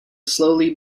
slowly